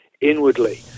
inwardly